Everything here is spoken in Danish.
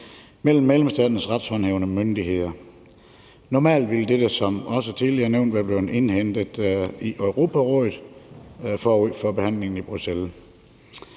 mellem medlemsstaternes retshåndhævende myndigheder. Normalt ville dette som også tidligere nævnt være blevet indhentet i Europarådet forud for behandlingen i Bruxelles.